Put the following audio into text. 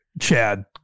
Chad